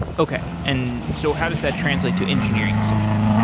okay. and so how does that translate to engineering decisions?